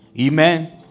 Amen